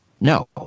No